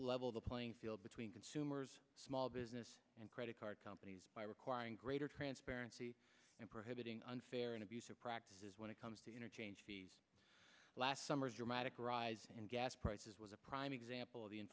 level the playing field between consumers small business and credit card companies by requiring greater transparency and prohibiting unfair and abusive practices when it comes to interchange fees last summer's your magic rise in gas prices was a prime example of the